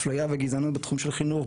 אפליה וגזענות בתחום של חינוך,